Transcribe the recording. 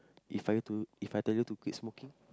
If I were to If I tell you to quit smoking